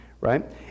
right